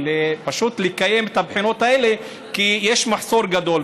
פשוט לקיים את הבחינות האלה, כי יש מחסור גדול.